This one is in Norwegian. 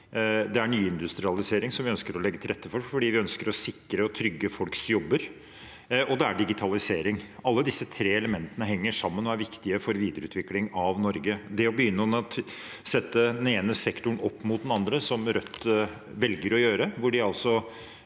det er nyindustrialisering – som vi ønsker å legge til rette for, fordi vi ønsker å sikre og trygge folks jobber – og det er digitalisering. Alle disse tre elementene henger sammen og er viktige for videreutvikling av Norge. Rødt velger å sette den ene sektoren opp mot den andre, de ønsker altså